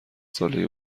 ساله